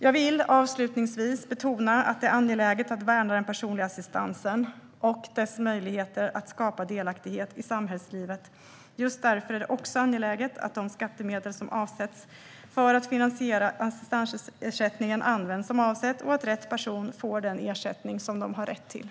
Jag vill avslutningsvis betona att det är angeläget att värna den personliga assistansen och dess möjligheter att skapa delaktighet i samhällslivet. Just därför är det också angeläget att de skattemedel som avsätts för att finansiera assistansersättningen används som avsett och att rätt person får den ersättning de har rätt till.